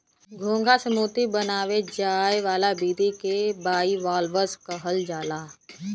घोंघा से मोती बनाये जाए वाला विधि के बाइवाल्वज कहल जाला